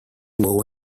will